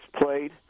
played